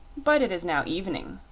but it is now evening,